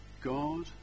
God